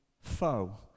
foe